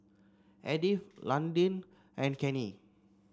Edyth Londyn and Kenny